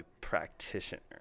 practitioner